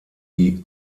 die